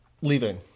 Leaving